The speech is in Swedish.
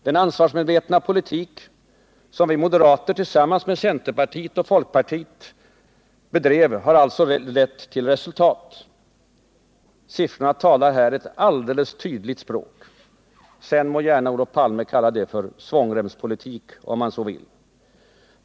Den ansvarsmedvetna politik som vi moderater bedrev tillsammans med centerpartiet och folkpartiet har alltså lett till resultat. Siffrorna talar ett alldeles tydligt språk. Sedan må Olof Palme kalla det för ”svångremspolitik”, om han så vill.